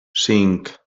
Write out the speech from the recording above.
cinc